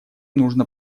нужно